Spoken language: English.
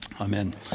Amen